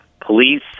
police